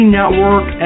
Network